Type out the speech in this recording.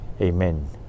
Amen